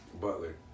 Butler